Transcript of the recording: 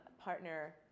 partner